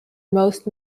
most